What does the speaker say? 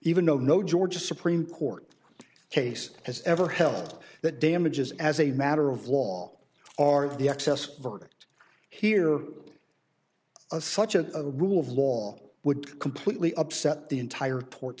even though no georgia supreme court case has ever held that damages as a matter of law or of the excess verdict here a such a rule of law would completely upset the entire port